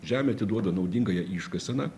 žemė atiduoda naudingąją iškaseną